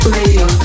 radio